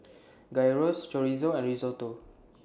Gyros Chorizo and Risotto